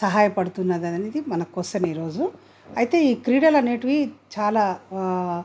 సహాయపడుతున్నది అనేది మన క్వశ్చన్ ఈ రోజు అయితే ఈ క్రీడలనేవి చాలా